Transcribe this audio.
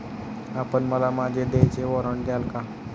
आपण मला माझे देयचे वॉरंट द्याल का?